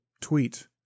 tweet